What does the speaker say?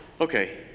okay